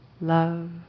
love